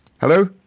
Hello